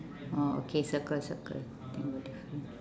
orh okay circle circle think we're different